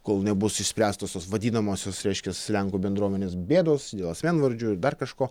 kol nebus išspręstos tos vadinamosios reiškias lenkų bendruomenės bėdos dėl asmenvardžių ir dar kažko